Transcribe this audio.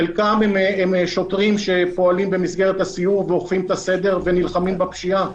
חלקם הם שוטרים שפועלים במסגרת הסיור ואוכפים את הסדר ונלחמים בפשיעה,